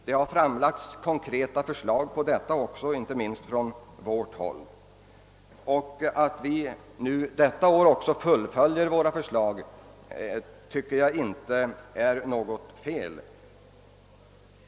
Det har framlagts konkreta förslag, inte minst från vårt håll. Att vi i år fullföljer våra förslag tycker jag inte är något fel.